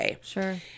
Sure